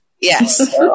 yes